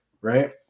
Right